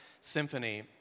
symphony